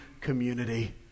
community